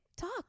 Talk